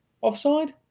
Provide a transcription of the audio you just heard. Offside